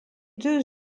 deux